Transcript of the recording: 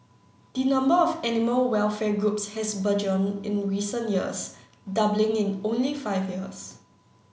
the number of animal welfare groups has burgeoned in recent years doubling in only five years